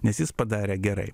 nes jis padarė gerai